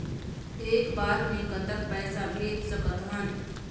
एक बार मे कतक पैसा भेज सकत हन?